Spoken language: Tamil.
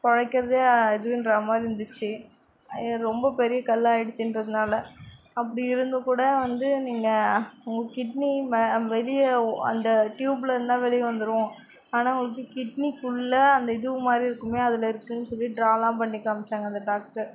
பிழைக்குறதே அரிதுன்ற மாதிரி இருந்துச்சு ரொம்ப பெரிய கல்லாயிடுச்சுன்றதுனால அப்படிருந்தும்கூட வந்து நீங்கள் உங்கள் கிட்னி வெளியே அந்த டியூபிலேருந்தா தானாக வெளியே வந்துடும் ஆனால் உங்களுக்கு கிட்னிக்குள்ளே அந்த இது மாதிரிருக்குமே அதில் இருக்குன்னு சொல்லி ட்ராலாம் பண்ணி காமிச்சாங்க அந்த டாக்டர்